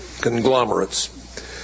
conglomerates